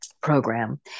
program